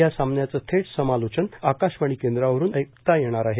या सामन्याचं थेट समालोचन आकाशवाणी केंद्रावरून ऐकता येणार आहे